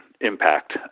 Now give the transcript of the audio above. impact